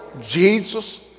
Jesus